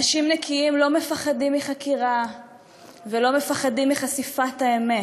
אנשים נקיים לא מפחדים מחקירה ולא מפחדים מחשיפת האמת.